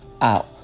out